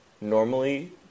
normally